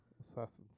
assassins